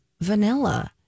vanilla